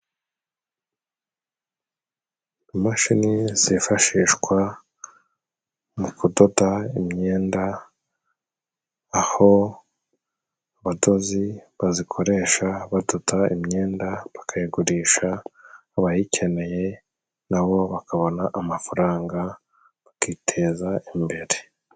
Imashini zifashishwa mu kudoda imyenda, aho abadozi bazikoresha badoda imyenda bakayigurisha abayikeneye, nabo bakabona amafaranga bakiteza imbere.